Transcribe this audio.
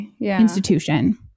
institution